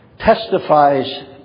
testifies